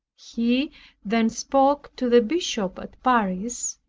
he then spoke to the bishop at paris.